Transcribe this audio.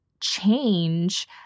change